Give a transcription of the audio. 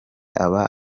aba